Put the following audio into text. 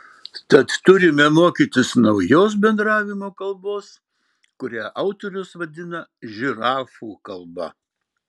tad turime mokytis naujos bendravimo kalbos kurią autorius vadina žirafų kalba